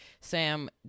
Sam